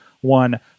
one